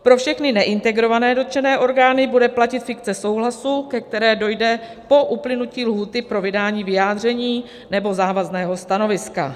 Pro všechny neintegrované dotčené orgány bude platit fikce souhlasu, ke které dojde po uplynutí lhůty pro vydání vyjádření nebo závazného stanoviska.